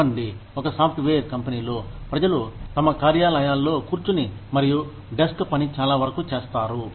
చెప్పండి ఒక సాఫ్ట్వేర్ కంపెనీలో ప్రజలు తమ కార్యాలయాల్లో కూర్చుని మరియు డెస్క్ పని చాలా వరకూ చేస్తారు